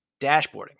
dashboarding